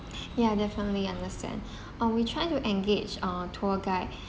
ya definitely understand um we try to engage uh tour guide